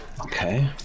Okay